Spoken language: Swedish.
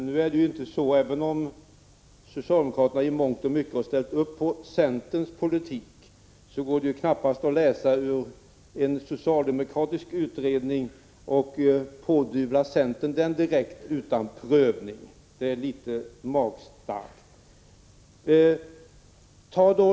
Herr talman! Även om socialdemokraterna i mångt och mycket har ställt upp på centerns politik, går det knappast att läsa ur en socialdemokratisk utredning och direkt pådyvla centern utredningens uppfattningar utan prövning. Det är litet magstarkt.